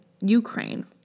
Ukraine